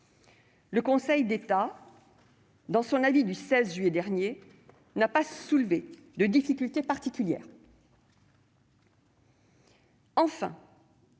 Le Conseil d'État, dans son avis du 16 juillet dernier, n'a pas soulevé de difficultés particulières à